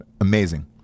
Amazing